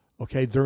okay